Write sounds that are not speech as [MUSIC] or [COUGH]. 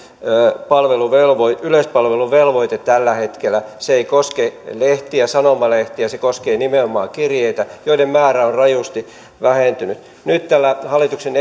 yleispalveluvelvoite yleispalveluvelvoite tällä hetkellä se ei koske lehtiä sanomalehtiä se koskee nimenomaan kirjeitä joiden määrä on rajusti vähentynyt nyt tämän hallituksen [UNINTELLIGIBLE]